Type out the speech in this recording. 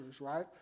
right